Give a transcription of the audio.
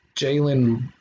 Jalen